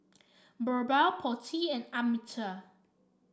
BirbaL Potti and Amitabh